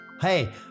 hey